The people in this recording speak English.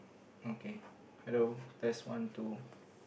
okay hello test one two